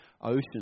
ocean